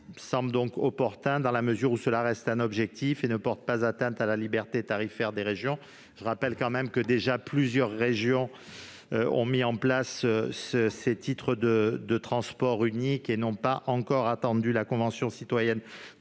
semble donc opportun dans la mesure où cela reste un objectif et ne porte pas atteinte à la liberté tarifaire des régions. Je rappelle que plusieurs régions ont déjà mis en place des titres de transport uniques- là non plus, elles n'ont pas attendu la Convention citoyenne